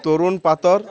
তরুণ পাতর